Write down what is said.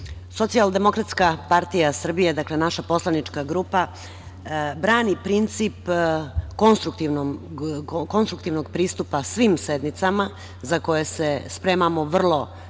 predsedniče. Socijaldemokratska partija Srbije, dakle naša poslanička grupa brani princip konstruktivnog pristupa svim sednicama za koje se spremamo vrlo